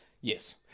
Yes